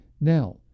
Now